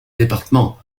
département